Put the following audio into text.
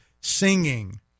singing